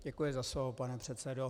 Děkuji za slovo, pane předsedo.